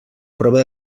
prova